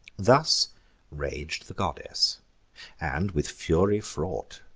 thus rag'd the goddess and, with fury fraught.